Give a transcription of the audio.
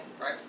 Right